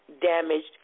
damaged